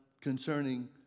concerning